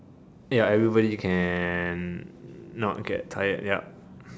ya everybody can not get tired ya